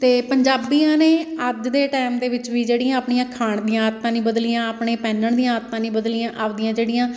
ਅਤੇ ਪੰਜਾਬੀਆਂ ਨੇ ਅੱਜ ਦੇ ਟੈਮ ਦੇ ਵਿੱਚ ਵੀ ਜਿਹੜੀਆਂ ਆਪਣੀਆਂ ਖਾਣ ਦੀਆਂ ਆਦਤਾਂ ਨਹੀਂ ਬਦਲੀਆਂ ਆਪਣੇ ਪਹਿਨਣ ਦੀਆਂ ਆਦਤਾਂ ਨਹੀਂ ਬਦਲੀਆਂ ਆਪਣੀਆਂ ਜਿਹੜੀਆਂ